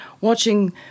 watching